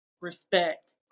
respect